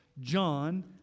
John